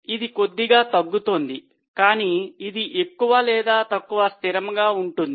ఇది కొద్దిగా తగ్గుతోంది కానీ ఇది ఎక్కువ లేదా తక్కువ స్థిరంగా ఉంటుంది